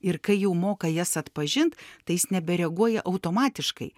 ir kai jau moka jas atpažint tai jis nebereaguoja automatiškai